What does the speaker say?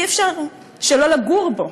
אי-אפשר שלא לגור בו,